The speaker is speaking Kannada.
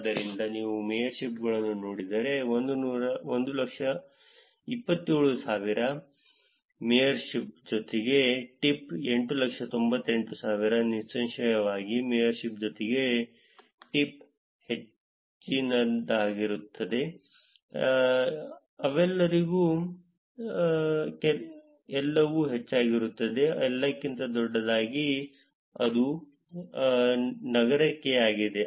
ಆದ್ದರಿಂದ ನೀವು ಮೇಯರ್ಶಿಪ್ಗಳನ್ನು ನೋಡಿದರೆ 127000 ಮೇಯರ್ಶಿಪ್ ಜೊತೆಗೆ ಟಿಪ್ 898000 ನಿಸ್ಸಂಶಯವಾಗಿ ಮೇಯರ್ಶಿಪ್ ಜೊತೆಗೆ ಟಿಪ್ ಹೆಚ್ಚಿನದಾಗಿರುತ್ತದೆ ಅವರೆಲ್ಲರಿಗೂ ಎಲ್ಲವೂ ಹೆಚ್ಚಾಗಿರುತ್ತದೆ ಎಲ್ಲಕ್ಕಿಂತ ದೊಡ್ಡದಾಗಿದೆ ಮತ್ತು ಅದು ನಗರಕ್ಕೆ ಆಗಿದೆ